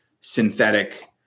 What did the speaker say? synthetic